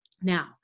Now